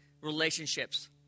relationships